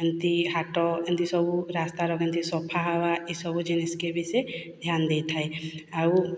ଏମିତି ହାଟ ଏମିତି ସବୁ ରାସ୍ତାର କେମିତି ସଫା ହେବା ଏସବୁ ଜିନିଷ୍କେ ବି ସେ ଧ୍ୟାନ୍ ଦେଇଥାଏ ଆଉ